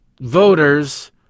voters